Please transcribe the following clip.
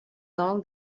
long